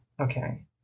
okay